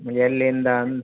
ಎಲ್ಲಿಂದ ಅನ್